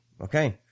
Okay